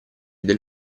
del